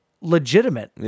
legitimate